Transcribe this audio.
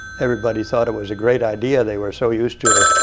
everybody thought it was a great idea. they were so used to,